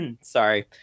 Sorry